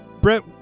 Brett